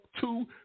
two